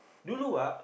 dulu ah